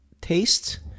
taste